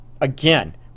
again